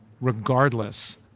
regardless